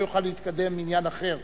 לא יוכל להתקדם עניין אחר,